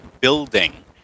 building